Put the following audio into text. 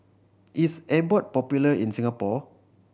is Abbott popular in Singapore